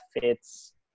fits